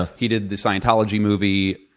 ah he did the scientology movie,